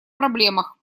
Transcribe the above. проблемах